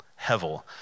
Hevel